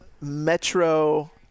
Metro